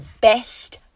best